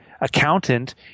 accountant